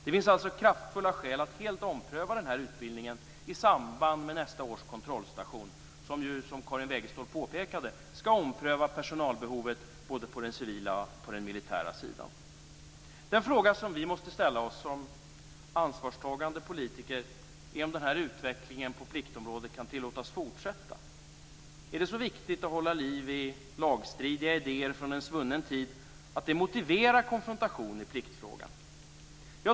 Det finns alltså kraftfulla skäl att helt ompröva den här utbildningen i samband med nästa års kontrollstation, som ju skall ompröva personalbehovet både på den civila och militära sidan, vilket Karin Den fråga vi som ansvarstagande politiker måste ställa oss är om den här utvecklingen på pliktområdet kan tillåtas fortsätta. Är det så viktigt att hålla liv i lagstridiga idéer från en svunnen tid att det motiverar en konfrontation i pliktfrågan?